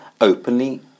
openly